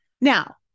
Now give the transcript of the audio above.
Now